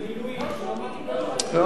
זה גינוי, לא שומעים.